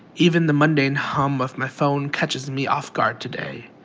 even the mundane hum of my phone catches me off guard today.